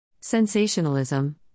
Sensationalism